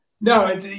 No